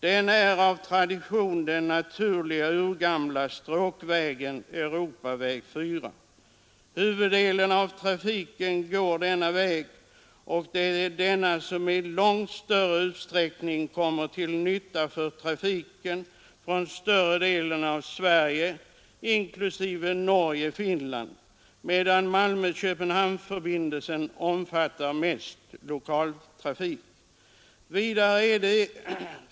Den är av tradition den naturliga, urgamla stråkvägen Europaväg 4. Huvuddelen av trafiken går denna väg, och det är denna väg som i långt större utsträckning kommer till nytta för trafiken från större delen av Sverige — inklusive Norge och Finland — medan MK-förbindelsen omfattar mest lokaltrafik.